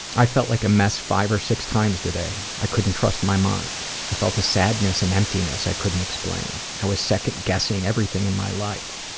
i felt like a mess five or six times today. i couldn't trust my mind. i felt a sadness and emptiness i couldn't explain. i was second-guessing everything in my life.